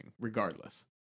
regardless